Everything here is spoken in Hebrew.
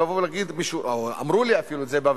אלא האגו של מי יכופף את מי,